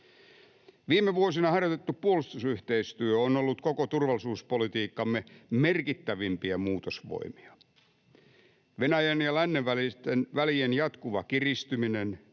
Viime vuosina harjoitettu puolustusyhteistyö on ollut koko turvallisuuspolitiikkamme merkittävimpiä muutosvoimia. Venäjän ja lännen välien jatkuva kiristyminen